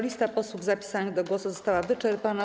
Lista posłów zapisanych do głosu została wyczerpana.